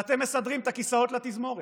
ואתם מסדרים את הכיסאות לתזמורת.